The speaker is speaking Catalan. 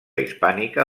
hispànica